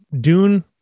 Dune